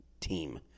team